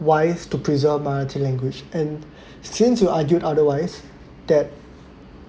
wise to preserve minority language and since you argued otherwise that